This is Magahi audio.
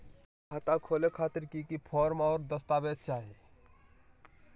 खाता खोले खातिर की की फॉर्म और दस्तावेज चाही?